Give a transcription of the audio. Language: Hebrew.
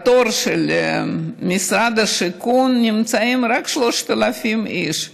בתור של משרד השיכון, נמצאים רק 3,000 איש,